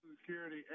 Security